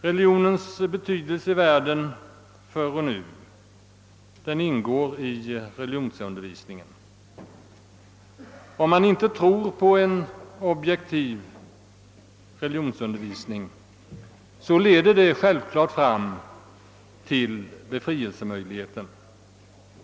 Religionens betydelse i världen förr och nu ingår i religionsundervisningen. Om man inte tror på en objektiv religionsundervisning leder det självfallet fram till befrielsemöjligheten.